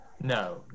No